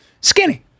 Skinny